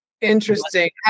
Interesting